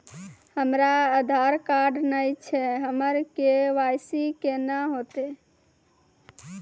हमरा आधार कार्ड नई छै हमर के.वाई.सी कोना हैत?